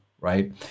right